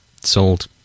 sold